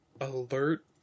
Alert